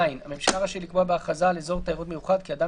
(ז)הממשלה רשאית לקבוע בהכרזה על אזור תיירות מיוחד כי אדם